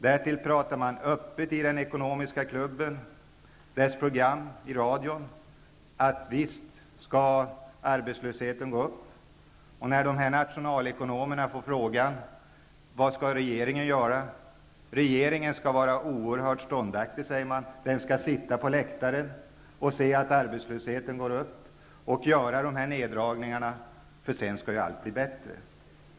Därutöver pratar man öppet i Ekonomiska klubben i radio om att arbetslösheten skall gå upp. När nationalekonomerna får frågan vad regeringen skall göra, svarar de att regeringen skall vara oerhört ståndaktig. Den skall sitta på läktaren och se på när arbetslösheten går upp, och den skall göra dessa neddragningar. Sedan skall nämligen allt bli bättre.